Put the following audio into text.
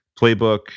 playbook